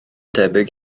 debyg